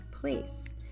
place